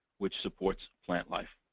which supports plant life.